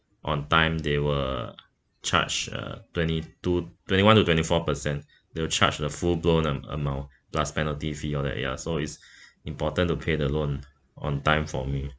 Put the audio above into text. on time they will charge uh twenty two twenty one to twenty four percent they will charge a full blown am~ amount plus penalty fee all that ya so it's important to pay the loan on time for me